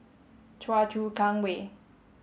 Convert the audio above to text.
Choa Chu Kang Way